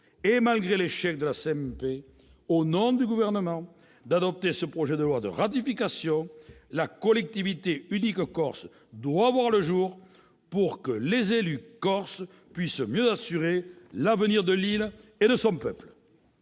et malgré l'échec de la commission mixte paritaire, d'adopter ce projet de loi de ratification. La collectivité unique de Corse doit voir le jour pour que les élus corses puissent mieux assurer l'avenir de l'île et de son peuple.